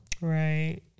Right